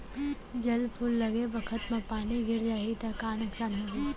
जब फूल लगे बखत म पानी गिर जाही त का नुकसान होगी?